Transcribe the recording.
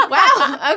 Wow